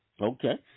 Okay